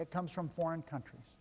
it comes from foreign countries